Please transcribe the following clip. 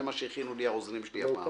זה מה שהכינו לי העוזרים שלי הפעם.